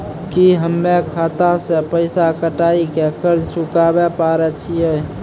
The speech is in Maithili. की हम्मय खाता से पैसा कटाई के कर्ज चुकाबै पारे छियै?